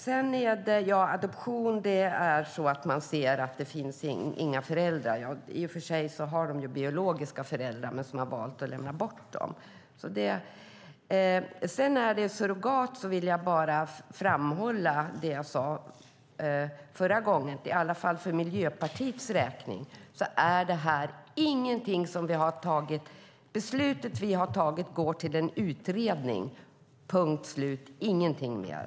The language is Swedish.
Roland Utbult menar att det vid adoption inte finns några föräldrar. Det finns i och för sig biologiska föräldrar, men de har valt att lämna bort barnet. När det gäller surrogatmoderskap vill jag bara framhålla det jag sade förra gången, nämligen att i alla fall för Miljöpartiets räkning gäller beslutet vi har tagit: en utredning och ingenting mer.